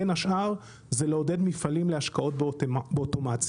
בין השאר, זה לעודד מפעלים להשקעות באוטומציה.